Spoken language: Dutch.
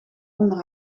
onder